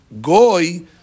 Goy